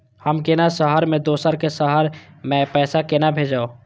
हम केना शहर से दोसर के शहर मैं पैसा केना भेजव?